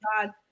God